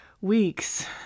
weeks